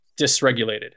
dysregulated